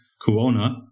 corona